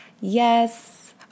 Yes